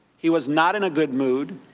he was not in a good mood.